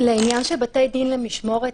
לעניין של בתי דין למשמורת,